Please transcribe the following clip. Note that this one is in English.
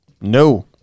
No